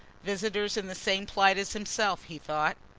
visitors in the same plight as himself, he thought.